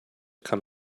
come